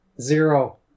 Zero